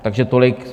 Takže tolik.